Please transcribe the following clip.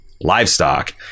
livestock